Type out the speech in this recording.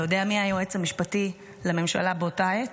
אתה יודע מי היועץ המשפטי לממשלה באותה עת?